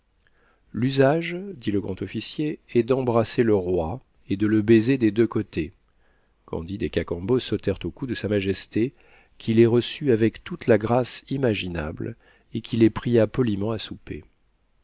l'usage dit le grand-officier est d'embrasser le roi et de le baiser des deux côtés candide et cacambo sautèrent au cou de sa majesté qui les reçut avec toute la grâce imaginable et qui les pria poliment à souper